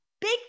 big